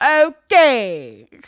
Okay